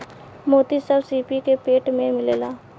मोती सब सीपी के पेट में मिलेला